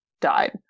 died